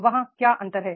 वहाँ क्या अंतर है